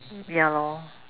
ya lor